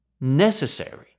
necessary